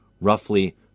roughly